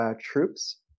troops